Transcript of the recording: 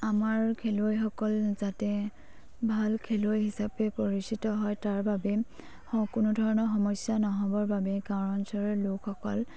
আমাৰ খেলুৱৈসকল যাতে ভাল খেলুৱৈ হিচাপে পৰিচিত হয় তাৰ বাবে কোনো ধৰণৰ সমস্যা নহ'বৰ বাবে গাঁও অঞ্চলৰ লোকসকল